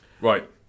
Right